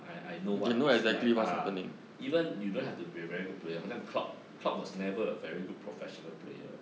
I I know what's it's like ah even you don't have to ba a player 好像 clock was never a very good professional